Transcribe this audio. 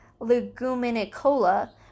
leguminicola